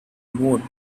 moved